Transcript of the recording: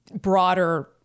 broader